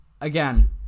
again